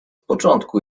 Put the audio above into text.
początku